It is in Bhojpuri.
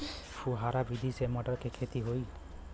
फुहरा विधि से मटर के खेती होई